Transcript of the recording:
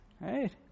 Right